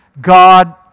God